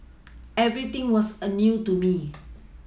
everything was a new to me